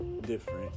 different